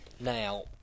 Now